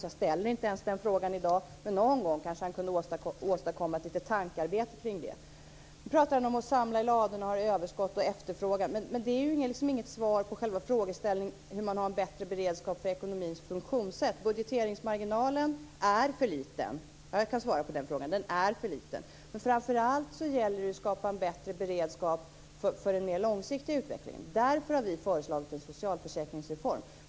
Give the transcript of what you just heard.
Jag ställer inte ens den fråga i dag, men någon gång kanske han kunde åstadkomma ett litet tankearbete omkring detta. Nu pratar han om att samla i ladorna, om överskott och efterfrågan. Men det är inget svar på själva frågeställningen om hur man har en bättre beredskap för ekonomins funktionssätt. Budgeteringsmarginalen är för liten. Jag kan svara på den frågan: Den är för liten. Framför allt gäller det att skapa en bättre beredskap för en mer långsiktig utveckling. Därför har vi föreslagit en socialförsäkringsreform.